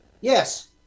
Yes